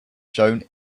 shown